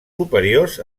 superiors